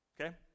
Okay